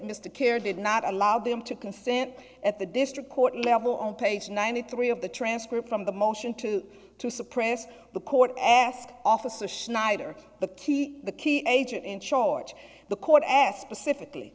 kerry did not allow them to consent at the district court level on page ninety three of the transcript from the motion to suppress the court ask officer schneider the key the key agent in charge the court asked specifically